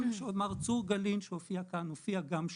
צור גלין שהופיע כאן הופיע גם שם,